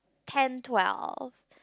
ten twelve